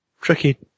tricky